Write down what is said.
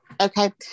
Okay